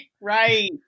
right